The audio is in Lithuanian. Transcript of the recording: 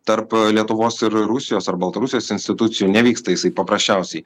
tarp lietuvos ir rusijos ar baltarusijos institucijų nevyksta jisai paprasčiausiai